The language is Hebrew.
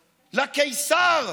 לקיסר,